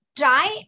try